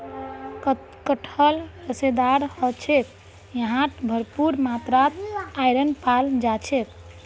कटहल रेशेदार ह छेक यहात भरपूर मात्रात आयरन पाल जा छेक